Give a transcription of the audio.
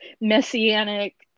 messianic